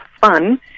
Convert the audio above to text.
fun